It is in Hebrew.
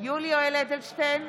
יולי יואל אדלשטיין,